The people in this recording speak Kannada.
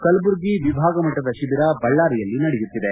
ಕಲಬುರಗಿ ವಿಭಾಗಮಟ್ಟದ ಶಿಬಿರ ಬಳ್ಳಾರಿಯಲ್ಲಿ ನಡೆಯುತ್ತಿದೆ